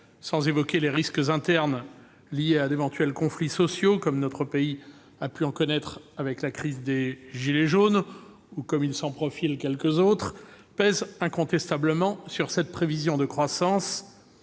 sans parler des risques internes liés à d'éventuels conflits sociaux, comme notre pays a pu en connaître avec la crise des « gilets jaunes » et comme il s'en profile encore -, pèsent incontestablement sur cette prévision de croissance.